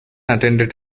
attended